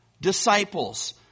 disciples